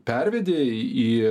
pervedė į